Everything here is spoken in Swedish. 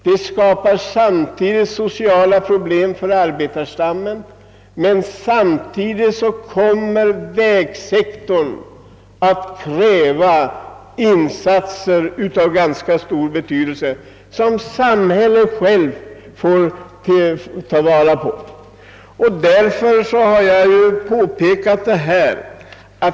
Men samtidigt skapar detta sociala problem för arbetarna, och som en följd kommer vägsektorn att kräva stora insatser, som samhället måste svara för.